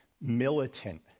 militant